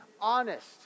honest